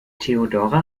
theodora